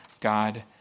God